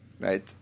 right